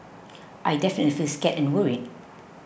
I definitely feel scared and worried